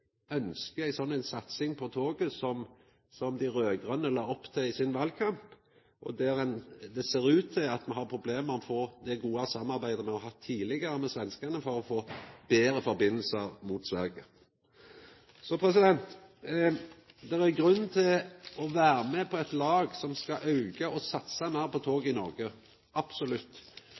ei sånn satsing på toget som dei raud-grøne la opp til i sin valkamp. Det ser ut til at me har problem med å få til det gode samarbeidet me har hatt tidlegare med svenskane, for å få betre samband mot Sverige. Det er grunn til å vera med på eit lag som skal auka satsinga og satsa meir på toget i Noreg – absolutt.